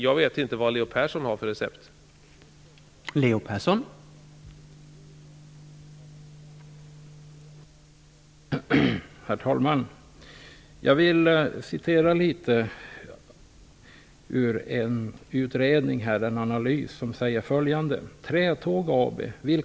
Jag vet inte vilket recept Leo